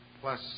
plus